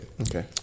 Okay